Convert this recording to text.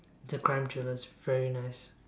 it's a crime thriller it's very nice